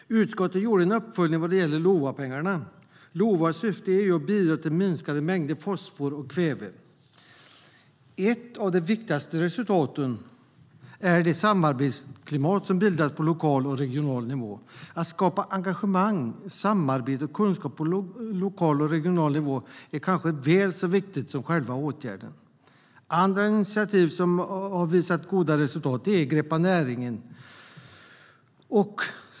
Utskottet gjorde en uppföljning vad gäller LOVA-pengarna. LOVA:s syfte är att bidra till minskande mängder fosfor och kväve. Ett av de viktigaste resultaten är det samarbetsklimat som bildats på lokal och regional nivå. Att skapa ett engagemang, samarbete och kunskap på lokal och regional nivå är kanske väl så viktigt som själva åtgärden. Andra initiativ, som Greppa näringen, har också gett bra resultat.